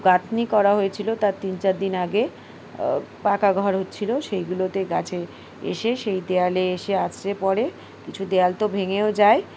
গাঁথনি করা হয়েছিলো তার তিন চার দিন আগে পাকা ঘর হচ্ছিলো সেইগুলোতে গাছে এসে সেই দেয়ালে এসে আছড়ে পরে কিছু দেওয়াল তো ভেঙেও যায়